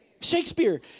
Shakespeare